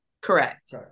Correct